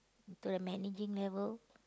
to the managing level